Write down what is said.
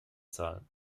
zahlen